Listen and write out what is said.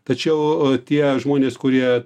tačiau tie žmonės kurie